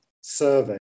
survey